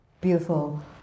beautiful